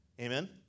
Amen